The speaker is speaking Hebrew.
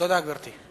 תודה, גברתי.